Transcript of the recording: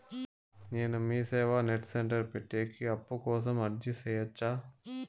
నేను MeeSeva net centre పెట్టేకి అప్పు కోసం అర్జీ సేయొచ్చా?